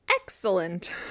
Excellent